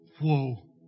whoa